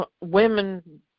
women